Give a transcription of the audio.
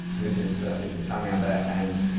moved his moved his family out there and